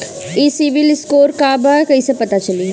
ई सिविल स्कोर का बा कइसे पता चली?